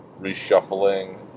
reshuffling